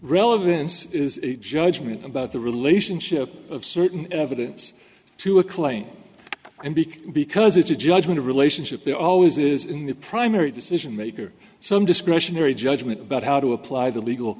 relevance is a judgment about the relationship of certain evidence to a claim and beak because it's a judgment a relationship there always is in the primary decision maker so in discretionary judgment about how to apply the legal